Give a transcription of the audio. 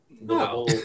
no